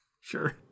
Sure